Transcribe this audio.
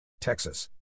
Texas